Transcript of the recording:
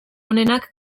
onenak